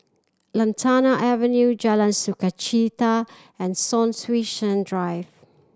Lantana Avenue Jalan Sukachita and Son Sui Sen Drive